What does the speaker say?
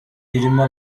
irimo